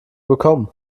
bekommen